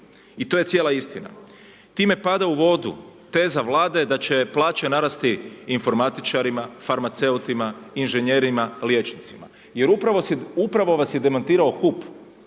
I to je cijela istina. Time pada u vodu teza Vlade da će plaća narasti informatičarima, farmaceutima, inženjerima, liječnicima, jer upravo si, upravo vas je demantirao HUP